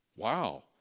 Wow